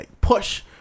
push